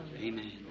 Amen